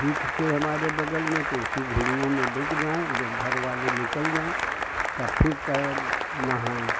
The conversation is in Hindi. ढीठ थे हमारे बगल में तो उसी झुडिया में डुक जाएँ जब घर वाले निकल जाए तब फिर तैर नहाए